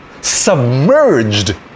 submerged